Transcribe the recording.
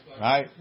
right